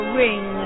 ring